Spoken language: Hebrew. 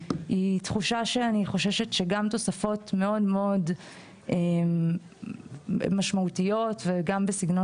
היא תחושה שאני חוששת שגם תוספות מאוד מאוד משמעותיות וגם בסגנון